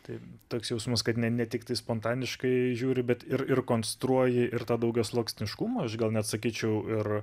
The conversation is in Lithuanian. taip toks jausmas kad ne tiktai spontaniškai žiūri bet ir ir konstruoji ir tą daugiasluoksniškumą aš gal net sakyčiau ir